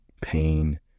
pain